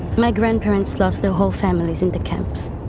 my grandparents lost their whole families in the camps.